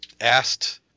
asked